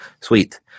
Sweet